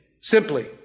simply